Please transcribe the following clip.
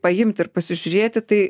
paimti ir pasižiūrėti tai